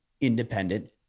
independent